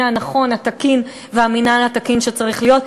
הנכון והתקין והמינהל התקין שצריך להיות.